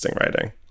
writing